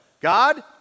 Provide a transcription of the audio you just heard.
God